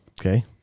Okay